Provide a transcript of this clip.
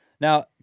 Now